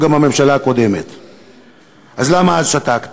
להביא לשוויון בין חלשים לחזקים?